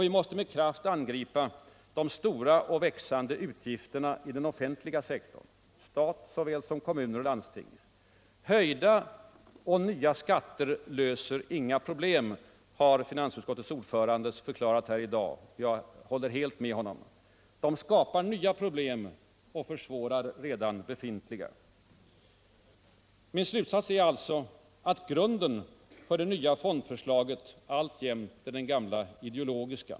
Vi måste med kraft angripa de stora och växande utgifterna i den offentliga sektorn — stat såväl som kommuner och landsting. Höjda och nya skatter löser inga problem, har finansutskottets ordförande förklarat här i dag. Jag håller helt med honom. De skapar nya och försvårar redan befintliga problem. Min slutsats är alltså att grunden för det nya fondförslaget alltjämt är den gamla ideologiska.